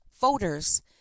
voters